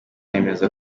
yemeza